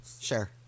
Sure